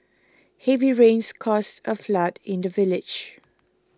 heavy rains caused a flood in the village